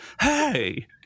Hey